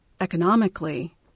economically